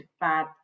bad